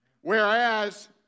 Whereas